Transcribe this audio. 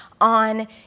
on